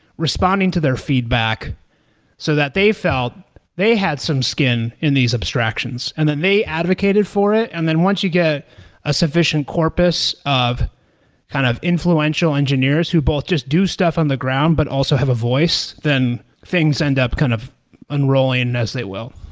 responding to their feedback so that they felt they had some skin in these abstractions. and then they advocated for it. and then once you get a sufficient corpus of kind of influential engineers who both just do stuff on the ground, but also have a voice, then things end up kind of unrolling as they will.